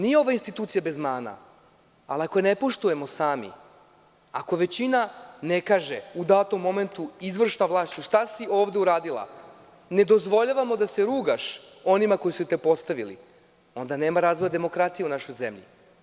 Nije ova institucija bez mana, ali ako je ne poštujemo sami, ako većina ne kaže u datom momentu – izvršna vlasti, šta si ovde uradila, ne dozvoljavamo da se rugaš onima koji su te postavili, onda nema razvoja demokratije u našoj zemlji.